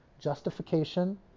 Justification